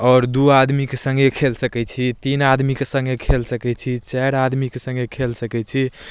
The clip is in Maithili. आओर दुइ आदमीके सङ्गे खेल सकै छी तीन आदमीके सङ्गे खेल सकै छी चारि आदमीके सङ्गे खेल सकै छी